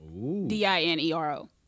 D-I-N-E-R-O